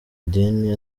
madini